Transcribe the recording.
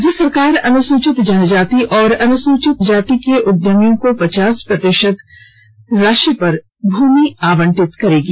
राज्य सरकार अनुसूचित जनजाति और अनुसूचित जनजाति के उद्यमियों को पचास प्रतिशत राशि पर भूमि आवंटित करेगी